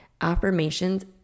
Affirmations